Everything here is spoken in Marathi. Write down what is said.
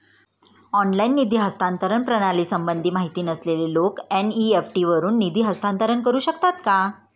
ऑनलाइन निधी हस्तांतरण प्रणालीसंबंधी माहिती नसलेले लोक एन.इ.एफ.टी वरून निधी हस्तांतरण करू शकतात का?